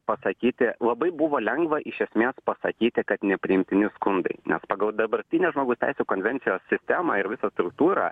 pasakyti labai buvo lengva iš esmės pasakyti kad nepriimtini skundai nes pagal dabartinę žmogaus teisių konvencijos sistemą ir visą struktūrą